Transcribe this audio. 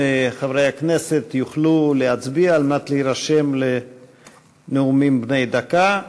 חברי הכנסת יוכלו להצביע על מנת להירשם לנאומים בני דקה.